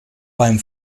beim